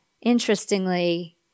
Interestingly